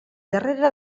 darrere